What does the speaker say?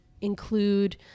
include